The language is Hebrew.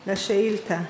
לשאילתה.